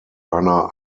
einer